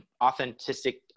authentic